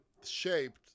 shaped